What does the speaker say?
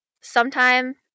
sometime